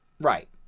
Right